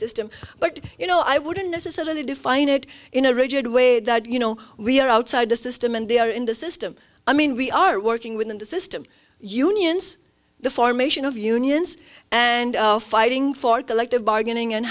system but you know i wouldn't necessarily define it in a rigid way that you know we are outside the system and they are in the system i mean we are working within the system unions the formation of unions and fighting for collective bargaining and